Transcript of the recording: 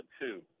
two